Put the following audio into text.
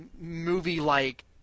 movie-like